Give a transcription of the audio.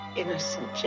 innocent